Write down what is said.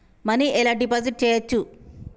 Money ఎలా deposit చేయచ్చు?